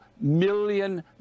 million